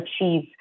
achieve